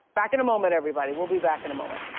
back in a moment, everybody. we'll be back in a moment.